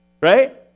Right